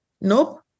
nope